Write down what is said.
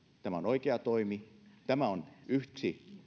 tämä on oikea toimi tämä on yksi